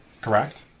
Correct